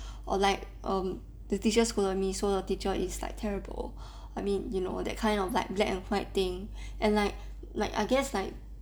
or like the teacher scold me so the teacher is like terrible I mean you know that kind of like black and white thing and like like I guess like